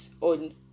on